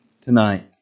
tonight